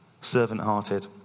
servant-hearted